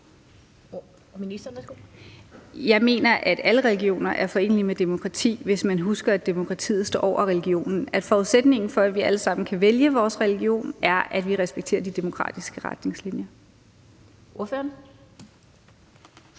Jeg mener, at alle religioner er forenelige med demokrati, hvis man husker, at demokratiet står over religionen, altså at forudsætningen for, at vi alle sammen kan vælge vores religion, er, at vi respekterer de demokratiske retningslinjer. Kl.